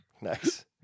Nice